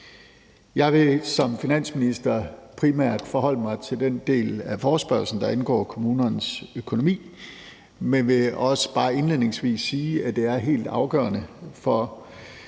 Jeg vil som finansminister primært forholde mig til den del af forespørgslen, der angår kommunernes økonomi, men jeg vil indledningsvis også bare sige, at det er helt afgørende for